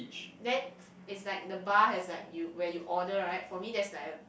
then it's like the bar has like you where you order right for me there's like a